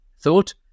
thought